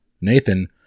Nathan